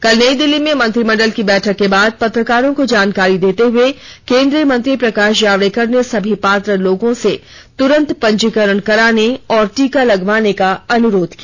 कल नई दिल्ली में मंत्रिमंडल की बैठक के बाद पत्रकारों को जानकारी देते हए केंद्रीय मंत्री प्रकाश जावड़ेकर ने सभी पात्र लोगों से तुरंत पंजीकरण कराने और टीका लगवाने का अनुरोध किया